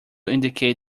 indicate